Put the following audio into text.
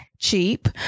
cheap